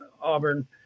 auburn